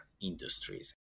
industries